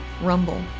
Rumble